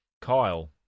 Kyle